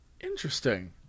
Interesting